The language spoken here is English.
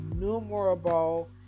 innumerable